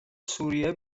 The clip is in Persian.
سوریه